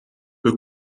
peu